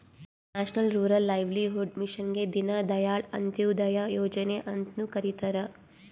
national rural livelihood ಮಿಷನ್ಗ ದೀನ್ ದಯಾಳ್ ಅಂತ್ಯೋದಯ ಯೋಜನೆ ಅಂತ್ನು ಕರಿತಾರ